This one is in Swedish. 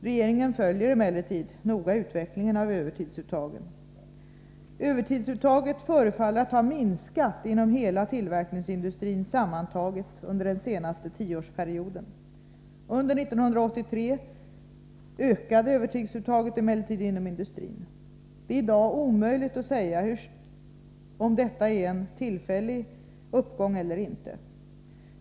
Regeringen följer emellertid noga utvecklingen av övertidsuttagen. Övertidsuttaget förefaller ha minskat inom hela tillverkningsindustrin sammantaget under den senaste tioårsperioden. Under 1983 ökade övertidsuttaget emellertid inom industrin. Det är i dag omöjligt att säga om detta är en tillfällig uppgång eller inte.